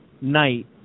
night